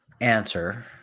answer